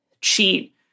cheat